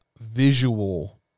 visual